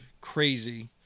crazy